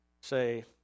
say